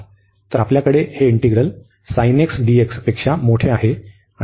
तर आपल्याकडे हे इंटिग्रल पेक्षा मोठे आहे